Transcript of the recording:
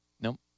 Nope